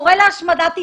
הוא קורא להשמדת ישראל.